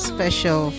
Special